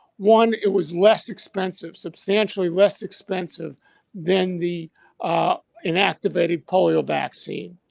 one, it was less expensive, substantially less expensive than the inactivated polio vaccine.